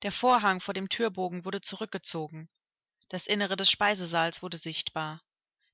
der vorhang vor dem thürbogen wurde zurückgezogen das innere des speisesaals wurde sichtbar